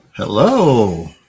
Hello